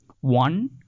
One